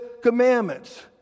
commandments